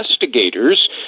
investigators